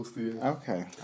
Okay